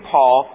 Paul